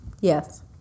Yes